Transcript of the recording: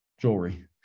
jewelry